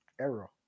error